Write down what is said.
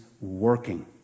working